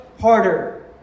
harder